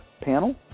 Panel